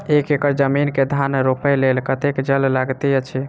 एक एकड़ जमीन मे धान रोपय लेल कतेक जल लागति अछि?